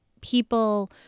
people